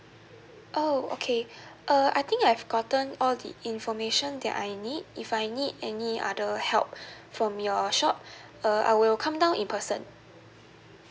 oh okay uh I think I've gotten all the information that I need if I need any other help from your shop uh I will come down in person